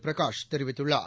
பிரகாஷ் தெரிவித்துள்ளார்